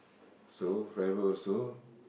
so private also